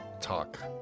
talk